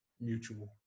mutual